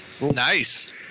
Nice